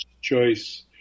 choice